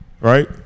right